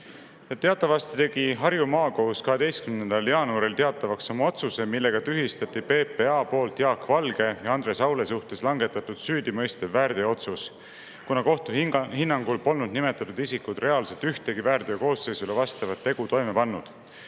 Teatavasti tegi Harju Maakohus 12. jaanuaril teatavaks oma otsuse, millega tühistati PPA poolt Jaak Valge ja Andres Aule suhtes langetatud süüdimõistev väärteootsus, kuna kohtu hinnangul polnud nimetatud isikud reaalselt ühtegi väärteokoosseisule vastavat tegu toime pannud.